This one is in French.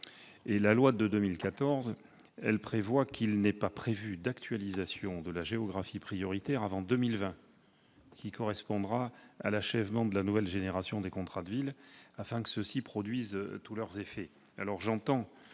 Dans ce texte, il est mentionné qu'il n'est pas prévu d'actualisation de la géographie prioritaire avant 2020, ce qui correspondra à l'achèvement de la nouvelle génération des contrats de ville, afin que ceux-ci puissent produire tous leurs effets.